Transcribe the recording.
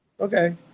okay